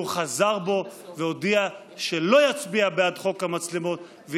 הוא חזר בו והודיע שלא יצביע בעד חוק המצלמות.